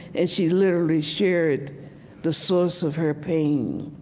and she literally shared the source of her pain.